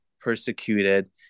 persecuted